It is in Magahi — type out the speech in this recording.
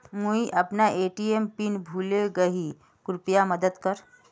मुई अपना ए.टी.एम पिन भूले गही कृप्या मदद कर